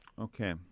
Okay